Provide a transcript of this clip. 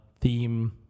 theme